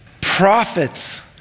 prophets